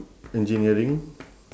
engineering